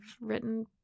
written